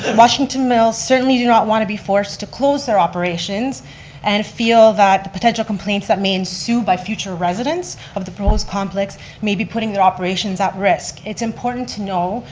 and washington mills certainly do not want to be forced to close their operations and feel that potential complaints that may ensue by future residents of the proposed complex may be putting their operations at risk. it's important to know,